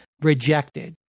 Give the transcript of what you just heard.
rejected